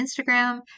Instagram